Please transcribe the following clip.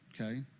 Okay